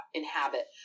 inhabit